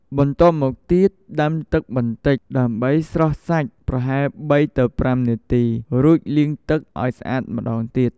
បន្ទាប់មកទៀតដាំទឹកបន្តិចដើម្បីស្រុះសាច់ប្រហែល ៣ ទៅ ៥ នាទីរួចលាងទឹកឲ្យស្អាតម្ដងទៀត។